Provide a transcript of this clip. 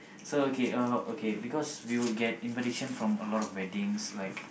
so okay uh okay because we will get invitation from a lot of weddings like